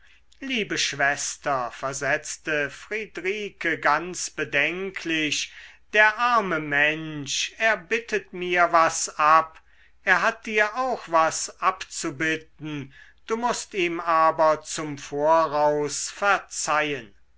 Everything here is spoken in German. liebe schwester versetzte friedrike ganz bedenklich der arme mensch er bittet mir was ab er hat dir auch was abzubitten du mußt ihm aber zum voraus verzeihen